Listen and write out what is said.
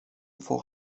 for